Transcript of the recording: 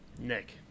Nick